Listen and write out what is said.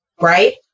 Right